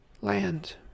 Land